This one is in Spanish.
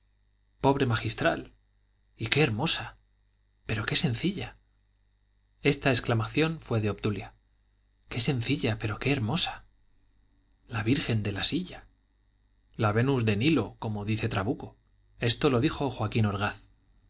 pobre magistral y qué hermosa pero qué sencilla esta exclamación fue de obdulia qué sencilla pero qué hermosa la virgen de la silla la venus del nilo como dice trabuco esto lo dijo joaquín orgaz